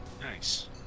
Nice